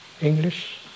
English